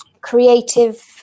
creative